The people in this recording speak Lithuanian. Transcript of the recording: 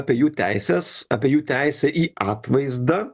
apie jų teises apie jų teisę į atvaizdą